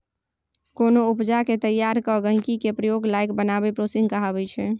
कोनो उपजा केँ तैयार कए गहिंकी केर प्रयोग लाएक बनाएब प्रोसेसिंग कहाबै छै